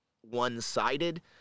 one-sided